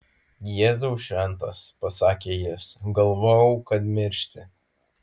jėzau šventas pasakė jis galvojau kad miršti